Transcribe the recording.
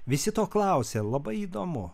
visi to klausia labai įdomu